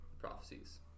prophecies